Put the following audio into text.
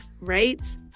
Right